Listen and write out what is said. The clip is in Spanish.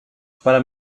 para